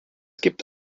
gibt